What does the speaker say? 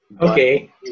Okay